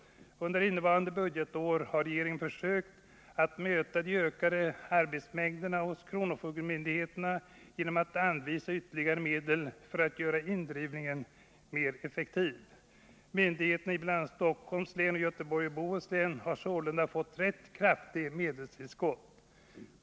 Under innevarande budgetår har regeringen försökt att möta de ökande arbetsmängderna hos kronofogdemyndigheterna genom att anvisa ytterligare medel för att göra indrivningen mer effektiv. Myndigheterna i bl.a. Stockholms län och Göteborgs och Bohus län har sålunda fått ett 2 rätt kraftigt medelstillskott.